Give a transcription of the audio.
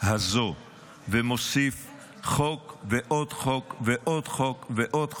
הזו ומוסיף חוק ועוד חוק ועוד חוק ועוד חוק,